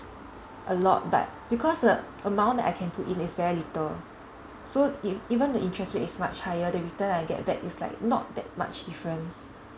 a lot but because the amount that I can put in is very little so e~ even the interest rate is much higher the return I get back is like not that much difference